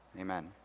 Amen